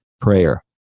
prayer